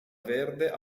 verde